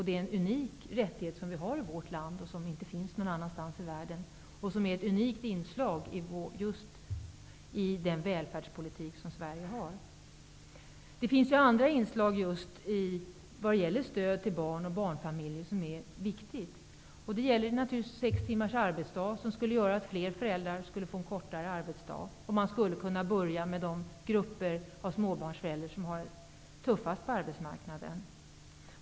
Det är en unik rättighet som vi har i vårt land och som inte finns någon annanstans i världen, och den utgör ett unikt inslag i Sveriges välfärdspolitik. Det finns även andra inslag som är viktiga när det gäller stöd till barn och barnfamiljer. Det gäller naturligtvis sex timmars arbetsdag, som skulle möjliggöra att fler föräldrar får kortare arbetsdag. Man skulle kunna börja med de grupper av småbarnsföräldrar som har det tuffast på arbetsmarknaden.